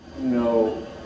No